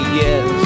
yes